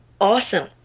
awesome